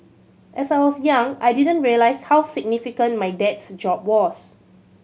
as I was young I didn't realise how significant my dad's job was